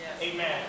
Amen